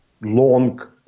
long